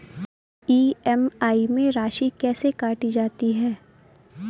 EMI में राशि कैसे काटी जाती है?